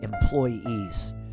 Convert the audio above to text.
employees